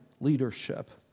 leadership